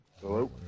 Hello